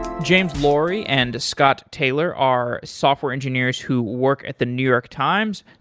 james lawrie and scott taylor are software engineers who work at the new york times.